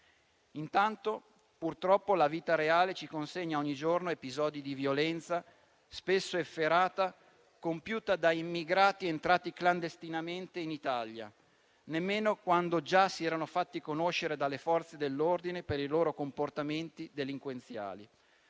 Intanto, purtroppo la vita reale ci consegna ogni giorno episodi di violenza, spesso efferata, compiuta da immigrati entrati clandestinamente in Italia, nemmeno quando già si erano fatti conoscere dalle Forze dell'ordine per i loro comportamenti delinquenziali.